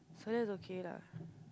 so that's okay lah